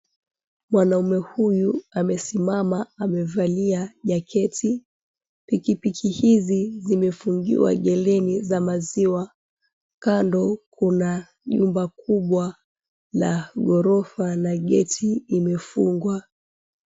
Mwanaume huyu amesimama amevalia jacket . Pikipiki hizi zimefungiwa geleni za maziwa. Kando, kuna nyumba kubwa la ghorofa na gate imefungwa.